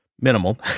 minimal